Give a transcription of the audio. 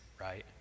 right